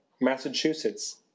Massachusetts